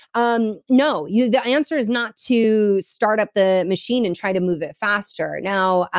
um no. yeah the answer is not to start up the machine and try to move it faster now,